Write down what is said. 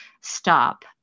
stop